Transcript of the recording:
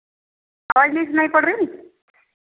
आवाज नहीं सुनाई पड़ रही